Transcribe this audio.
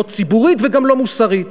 לא ציבורית וגם לא מוסרית.